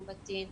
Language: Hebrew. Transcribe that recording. אום בטין,